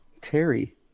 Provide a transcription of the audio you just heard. Terry